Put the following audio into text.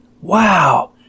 Wow